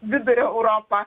vidurio europa